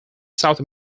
south